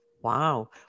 Wow